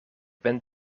ben